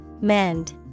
Mend